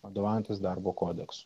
vadovaujantis darbo kodeksu